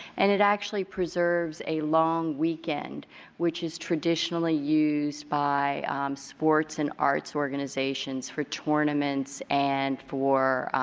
and it actually preserves a long weekend which is traditionally used by sports and arts organizations for tournaments and for